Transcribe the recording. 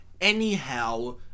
Anyhow